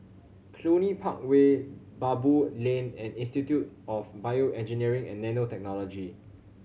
Cluny Park Way Baboo Lane and Institute of BioEngineering and Nanotechnology